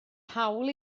hawl